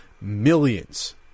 millions